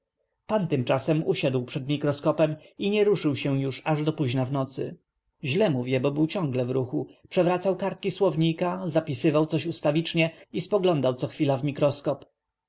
pan tymczasem usiadł przed mikroskopem i nie ruszył się już aż do późna w nocy źle mówię bo był ciągle w ruchu przewracał kartki słownika zapisywał coś ustawicznie i spoglądał co chwila w mikroskop